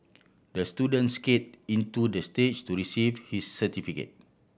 the student skate into the stage to receive his certificate